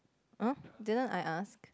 uh didn't I ask